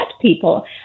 people